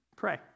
pray